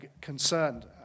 concerned